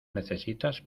necesitas